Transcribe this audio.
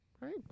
Right